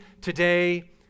today